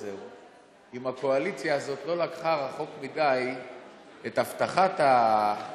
אם הקואליציה הזאת לא לקחה רחוק מדי את מה שהבטיח